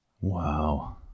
Wow